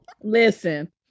Listen